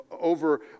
over